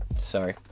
Sorry